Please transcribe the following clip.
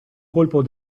colpo